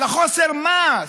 על חוסר המעש,